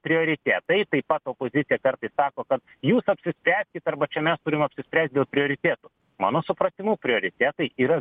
prioritetai taip pat opozicija kartais sako kad jūs apsispręskit arba čia mes turim apsispręst dėl prioritetų mano supratimu prioritetai yra